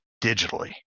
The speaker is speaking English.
digitally